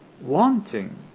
wanting